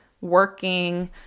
working